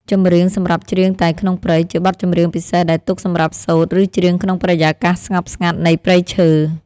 ចម្រៀងសម្រាប់ច្រៀងតែក្នុងព្រៃ ជាបទចម្រៀងពិសេសដែលទុកសម្រាប់សូត្រ ឬច្រៀងក្នុងបរិយាកាសស្ងប់ស្ងាត់នៃព្រៃឈើ។